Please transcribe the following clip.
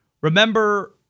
Remember